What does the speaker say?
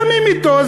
קמים אתו.